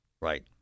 Right